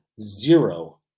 zero